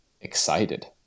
excited